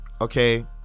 Okay